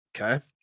Okay